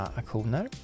aktioner